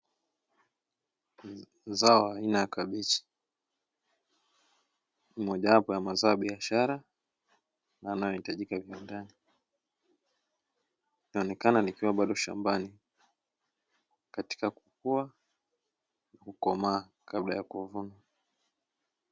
Zao aina ya kabichi, ni moja wapo ya mazao ya biashara yanayohitajika viwandani, linaonekana likiwa bado shambani katika kukua, kukomaa kabla ya kuvuna.